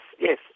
yes